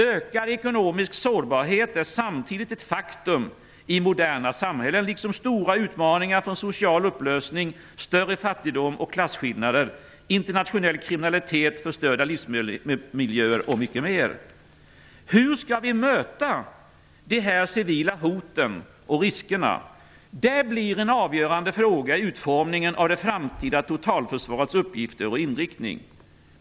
Ökad ekonomisk sårbarhet är samtidigt ett faktum i moderna samhällen liksom stora utmaningar från social upplösning, större fattigdom och klasskillnader, internationell kriminalitet, förstörda livsmiljöer och mycket mer. Hur skall vi möta de civilia hoten och riskerna? Det blir en avgörande fråga i utformingen av det framtida totalförsvarets uppgifter och inriktning.